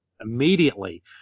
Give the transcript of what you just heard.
immediately